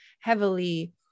heavily